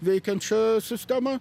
veikiančią sistemą